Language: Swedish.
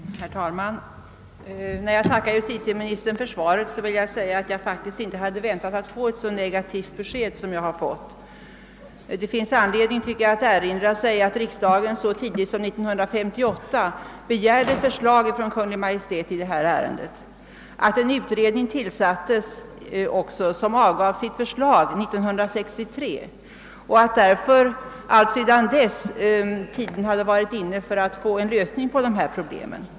Herr talman! Samtidigt som jag tackar justitieministern för svaret på min fråga vill jag säga att jag faktiskt inte hade väntat mig ett så negativt besked som det jag fått. Det finns anledning att erinra sig att riksdagen så tidigt som år 1958 begärde förslag från Kungl. Maj:t i detta ärende och att en utred ning då också tillsattes, som avgav sitt förslag 1963. Alltsedan dess har tiden varit inne för en lösning av den sak jag här tagit upp.